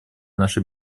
нашей